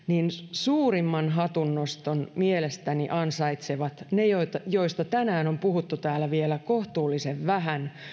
suurimman hatunnoston mielestäni ansaitsevat ne joista tänään on puhuttu täällä vielä kohtuullisen vähän